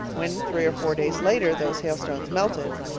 when, three or four days later, those hailstones melted,